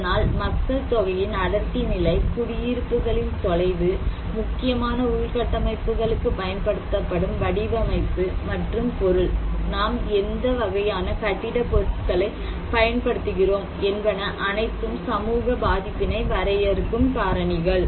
அதனால் மக்கள் தொகையின் அடர்த்தி நிலை குடியிருப்புகளின் தொலைவு முக்கியமான உள்கட்டமைப்புகளுக்கு பயன்படுத்தப்படும் வடிவமைப்பு மற்றும் பொருள் நாம் எந்த வகையான கட்டிட பொருட்களை பயன்படுத்துகின்றோம் என்பன அனைத்தும் சமூக பாதிப்பினை வரையறுக்கும் காரணிகள்